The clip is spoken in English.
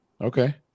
Okay